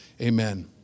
Amen